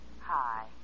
Hi